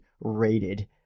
rated